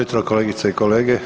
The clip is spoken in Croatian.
jutro kolegice i kolege.